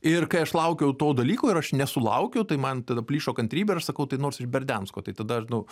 ir kai aš laukiau to dalyko ir aš nesulaukiau tai man tada plyšo kantrybė ir aš sakau tai nors iš berdiansko tai tada aš nu